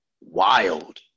wild